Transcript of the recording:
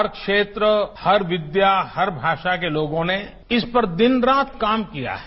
हर क्षेत्र हर विद्या हर भाषा के लोगों ने इस पर दिन रात काम किया है